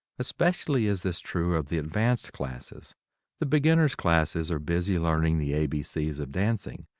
especially is this true of the advanced classes the beginners' classes are busy learning the a, b, c's of dancing,